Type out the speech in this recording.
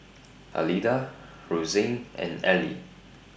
Alida Rozanne and Eli